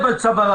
כשחרב על צווארם,